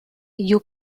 you